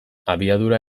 abiadura